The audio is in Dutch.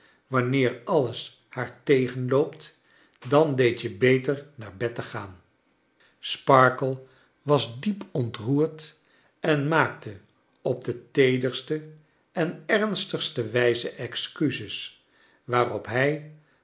wanneer alles haar tegenloopt dan deed je beter naar bed te gaan sparkler was diep ontroerd en maakte op de teederste en ernstigste wijze excuses waarop hij